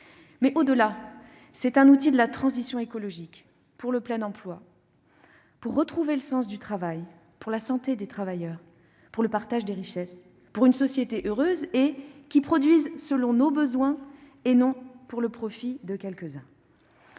Au-delà, c'est aussi un outil de la transition écologique pour le plein emploi, pour retrouver le sens du travail, pour la santé des travailleurs, pour le partage des richesses, pour une société heureuse produisant selon nos besoins et non pour le profit de quelques-uns.